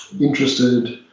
interested